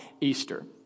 Easter